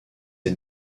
est